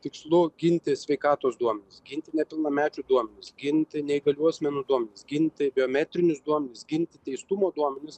tikslu ginti sveikatos duomenis ginti nepilnamečių duomenis ginti neįgalių asmenų duomenis ginti biometrinius duomenis ginti teistumo duomenis